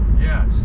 Yes